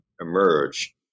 emerge